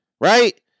right